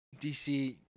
DC